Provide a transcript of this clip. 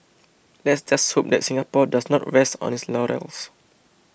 let's just hope that Singapore does not rest on its laurels